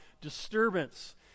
disturbance